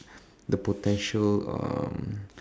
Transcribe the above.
the potential um